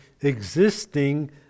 existing